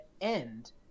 end